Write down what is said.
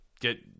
get